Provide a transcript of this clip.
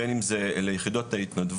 בין אם זה ליחידות ההתנדבות,